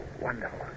Wonderful